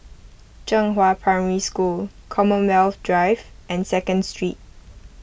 Zhenghua Primary School Commonwealth Drive and Second Street